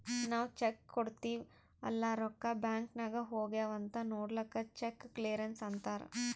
ನಾವ್ ಚೆಕ್ ಕೊಡ್ತಿವ್ ಅಲ್ಲಾ ರೊಕ್ಕಾ ಬ್ಯಾಂಕ್ ನಾಗ್ ಹೋಗ್ಯಾವ್ ಅಂತ್ ನೊಡ್ಲಕ್ ಚೆಕ್ ಕ್ಲಿಯರೆನ್ಸ್ ಅಂತ್ತಾರ್